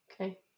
Okay